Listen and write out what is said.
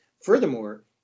furthermore